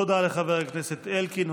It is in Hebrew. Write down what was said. תודה לחבר הכנסת אלקין.